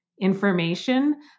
information